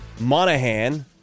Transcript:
Monahan